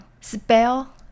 spell